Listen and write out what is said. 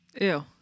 Ew